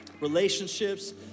Relationships